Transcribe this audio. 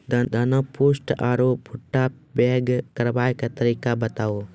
दाना पुष्ट आर भूट्टा पैग करबाक तरीका बताऊ?